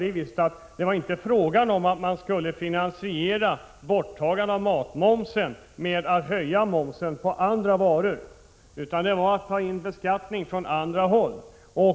Det var då inte fråga om att man skulle finansiera ett borttagande av matmomsen genom höjning av momsen på andra varor, utan det skulle ske genom höjning av andra skatter.